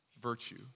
virtue